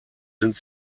sind